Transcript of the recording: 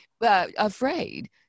afraid